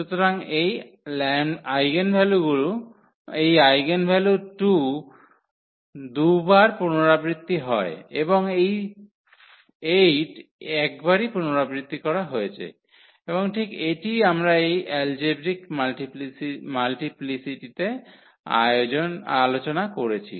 সুতরাং এই আইগেনভ্যালু 2 টি দুইবার পুনরাবৃত্তি হয় এবং এই 8 টি একবার পুনরাবৃত্তি করা হয়েছে এবং ঠিক এটিই আমরা এই এলজেব্রিক মাল্টিপ্লিসিটিতে আলোচনা করেছি